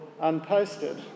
unposted